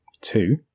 Two